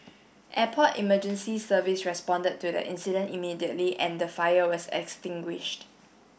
Airport Emergency Service responded to the incident immediately and the fire was extinguished